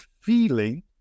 feeling